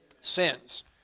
Sins